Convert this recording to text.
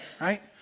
right